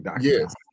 Yes